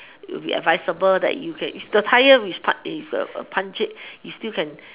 it will be advisable that you can if the tire is punctured you still can